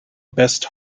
best